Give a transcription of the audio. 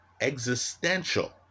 existential